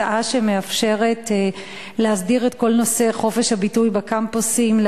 הצעה שמאפשרת להסדיר את כל נושא חופש הביטוי בקמפוסים,